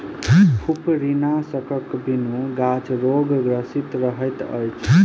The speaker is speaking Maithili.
फुफरीनाशकक बिनु गाछ रोगग्रसित रहैत अछि